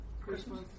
Christmas